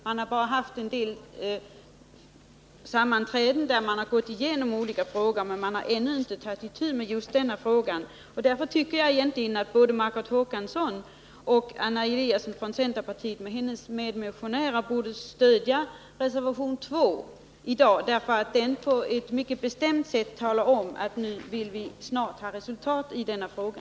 Man har bara haft en del sammanträden och då gått igenom olika frågor, men man har ännu inte tagit itu med just denna Såväl Margot Håkansson som Anna Eliasson och hennes medmotionärer borde i dag stödja reservation 2, därför att denna på ett mycket bestämt sätt talar om att man nu vill se resultat när det gäller denna fråga.